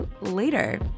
later